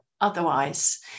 Otherwise